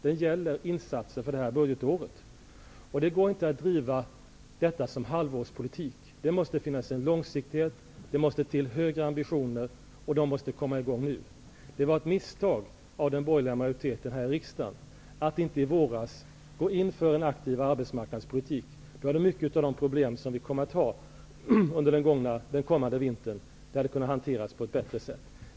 Den gäller insatser för det här budgetåret. Det går inte att driva detta som halvårspolitik. Det måste till långsiktighet och högre ambitioner, och detta måste komma i gång nu. Det var ett misstag av den borgerliga majoriteten här i riksdagen att inte i våras gå in för en aktivare arbetsmarknadspolitik. Då hade mycket av de problem som vi kommer att ha under den kommande vintern kunnat hanteras på ett bättre sätt.